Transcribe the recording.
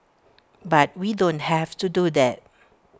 but we don't have to do that